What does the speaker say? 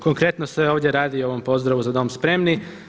Konkretno se ovdje radi o ovom pozdravu „za dom spremni“